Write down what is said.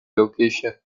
location